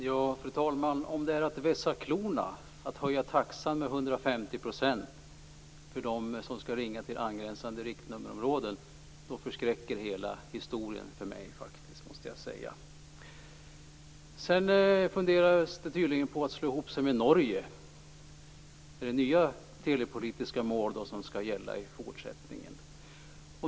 Fru talman! Om det är att vässa klorna att höja taxan med 150 % för dem som ringer till angränsande riktnummerområden, då förskräcker hela historien mig. Man funderar tydligen på att slå ihop sig med Norge. Är det nya telepolitiska mål som då skall gälla i fortsättningen?